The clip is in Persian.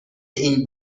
این